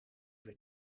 weer